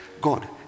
God